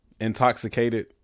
intoxicated